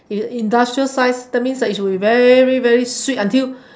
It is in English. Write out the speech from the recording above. in~ industrial size that means should be very very sweet until